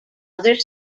other